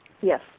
Yes